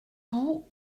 doux